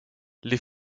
les